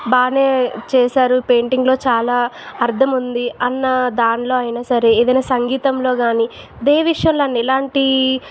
బాగానే చేశారు పెయింటింగ్లో చాలా అర్దముంది అన్నదానిలో అయినాసరే ఏదైనా సంగీతంలో కానీ ఏ విషయంలో అయిన ఎలాంటి